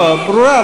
לא, ברורה.